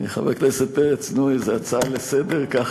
חבר הכנסת פרץ, נו, איזו הצעה לסדר-היום